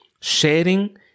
sharing